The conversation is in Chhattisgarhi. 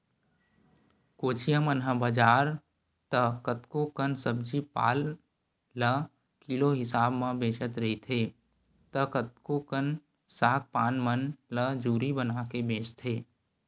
कोचिया मन ह बजार त कतको कन सब्जी पान ल किलो हिसाब म बेचत रहिथे त कतको कन साग पान मन ल जूरी बनाके बेंचथे